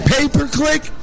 Pay-per-click